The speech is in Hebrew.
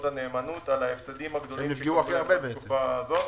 הנאמנות על ההפסדים הגדולים שהיו להן בתקופה הזאת.